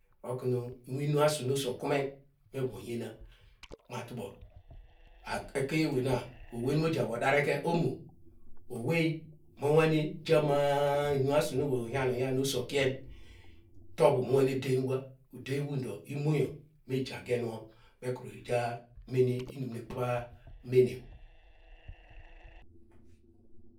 inuasu no oso okumen evo nyena matubo ekeinewena owey nu mo javo darake omo ewey monwane jama a- a- a- inu asu no owey onyam onyan oso okien tovu muwane dem wa udeny uwund imoyo meja genwo meja mene inum menem.